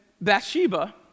Bathsheba